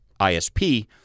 ISP